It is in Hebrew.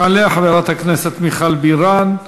תעלה חברת הכנסת מיכל בירן,